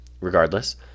regardless